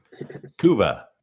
Kuva